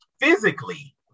physically